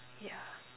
yeah